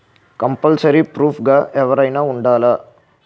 Compulsory proof గా ఎవరైనా ఉండాలా?